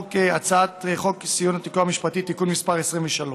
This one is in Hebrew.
הצעת חוק הסיוע המשפטי (תיקון מס' 23)